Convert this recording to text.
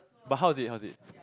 but how is it how is it